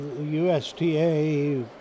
USTA